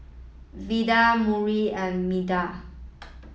Vida Murry and Meda